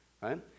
right